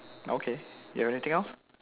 okay you have anything else